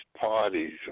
parties